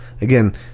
again